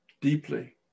deeply